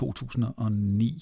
2009